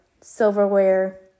silverware